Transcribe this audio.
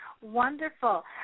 wonderful